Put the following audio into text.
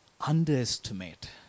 underestimate